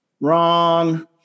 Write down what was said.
Wrong